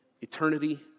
Eternity